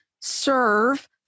serve